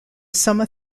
summa